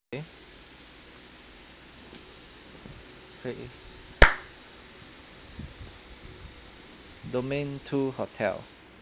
domain to hotel